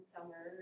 Summer